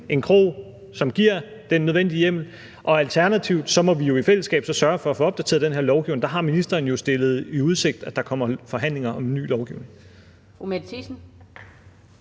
op på, som giver den nødvendige hjemmel – alternativt må vi i fællesskab sørge for at få opdateret den her lovgivning, og der har ministeren jo stillet i udsigt, at der kommer forhandlinger om en ny lovgivning.